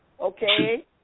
okay